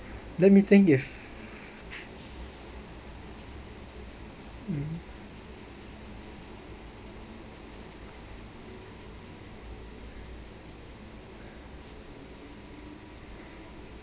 let me think if mm